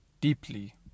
deeply